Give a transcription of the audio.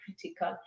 critical